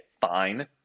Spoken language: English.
fine